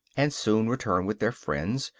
and soon return with their friends,